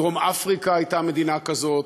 דרום-אפריקה הייתה מדינה כזאת,